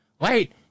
wait –